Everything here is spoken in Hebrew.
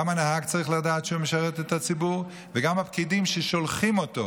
גם הנהג צריך לדעת שהוא משרת את הציבור וגם הפקידים ששולחים אותו,